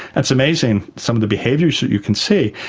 it's amazing some of the behaviours that you can see.